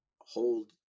hold